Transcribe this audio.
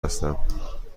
هستم